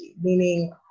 meaning